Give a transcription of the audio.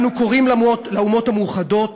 אנו קוראים לאומות המאוחדות